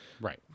Right